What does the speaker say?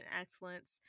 excellence